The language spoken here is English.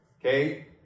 okay